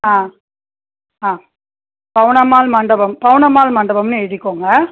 ஆ ஆ பவுனம்மாள் மண்டபம் பவுனம்மாள் மண்டபம்னு எழுதிக்கோங்க